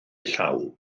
llaw